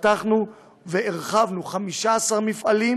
פתחנו והרחבנו 15 מפעלים,